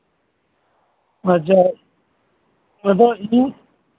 ᱟᱪᱪᱷᱟ ᱟᱫᱚ ᱤᱧ